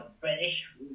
British